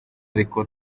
ariko